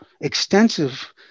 extensive